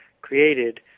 created